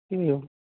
एवं